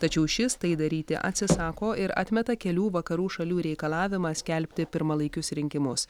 tačiau šis tai daryti atsisako ir atmeta kelių vakarų šalių reikalavimą skelbti pirmalaikius rinkimus